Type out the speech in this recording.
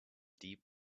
deep